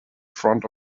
front